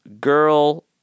girl